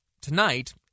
tonight